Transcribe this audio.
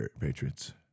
Patriots